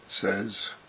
says